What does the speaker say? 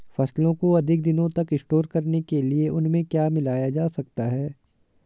फसलों को अधिक दिनों तक स्टोर करने के लिए उनमें क्या मिलाया जा सकता है?